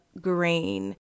Green